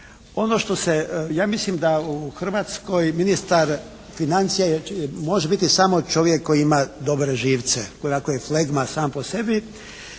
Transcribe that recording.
Ono što se, ja mislim da u Hrvatskoj ministar financija može biti samo čovjek koji ima dobre živce. Koji ovako je flegma sam po sebi.